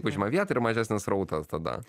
užima vietą ir mažesnis srautas tada